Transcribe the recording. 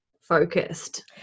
focused